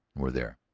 we're there.